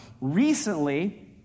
Recently